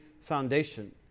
foundation